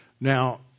Now